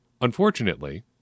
Unfortunately